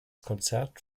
konzert